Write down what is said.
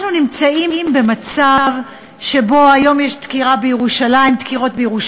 אנחנו נמצאים במצב שבו היום יש דקירות בירושלים,